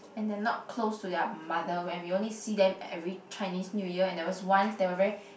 and they are not close to their mother when we only see them every Chinese New Year and there was once they were very